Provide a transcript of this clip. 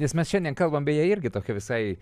nes mes šiandien kalbam beje irgi tokia visai